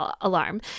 alarm